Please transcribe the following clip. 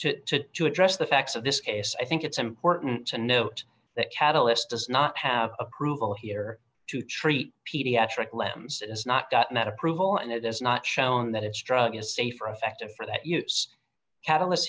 honor to to address the facts of this case i think it's important to note that catalyst does not have approval here to treat pediatric lambs has not gotten that approval and it has not shown that its drug is safe or effective for that use catalysts